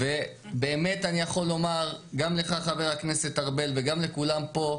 באמת אני יכול לומר גם לך חבר הכנסת ארבל וגם לכולם פה,